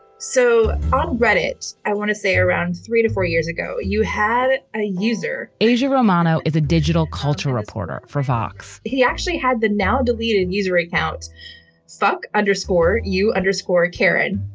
so i'll read it. i want to say around three to four years ago, you had a user asia romano is a digital culture reporter for fox he actually had the now deleted user account succ underscore. you underscore, karen.